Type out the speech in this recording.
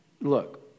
look